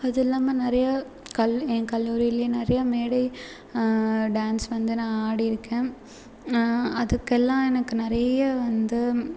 அது இல்லாமல் நிறைய கல் என் கல்லூரிலேயே நிறைய மேடை டான்ஸ் வந்து நான் ஆடியிருக்கேன் அதுக்கெல்லாம் எனக்கு நிறைய வந்து